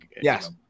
yes